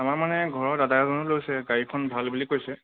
আমাৰ মানে ঘৰৰ দাদা এজনে লৈছে গাড়ীখন ভাল বুলি কৈছে